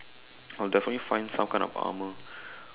I'll definitely find some kind of armour